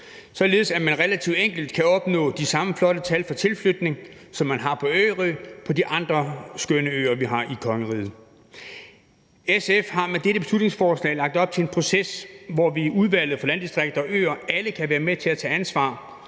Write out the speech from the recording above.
således at man relativt enkelt kan opnå de samme flotte tal for tilflytning, som man har på Ærø, på de andre skønne øer, vi har i kongeriget. SF har med dette beslutningsforslag lagt op til en proces, hvor vi i Udvalget for Landdistrikter og Øer alle kan være med til at tage ansvar,